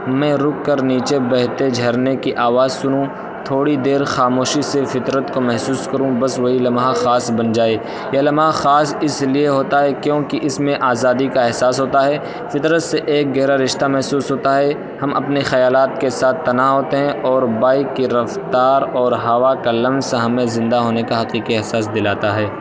میں رک کر نیچے بہتے جھرنے کی آواز سنوں تھوڑی دیر خاموشی سے فطرت کو محسوس کروں بس وہی لمحہ خاص بن جائے یہ لمحہ خاص اس لیے ہوتا ہے کیونکہ اس میں آزادی کا احساس ہوتا ہے فطرت سے ایک گہرا رشتہ محسوس ہوتا ہے ہم اپنے خیالات کے ساتھ تنہا ہوتے ہیں اور بائک کی رفتار اور ہوا کا لمس ہمیں زندہ ہونے کا حقیقی احساس دلاتا ہے